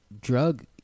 drug